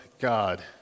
God